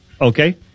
Okay